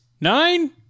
nine